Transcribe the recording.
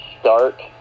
start